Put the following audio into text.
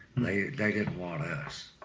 they they didn't want us.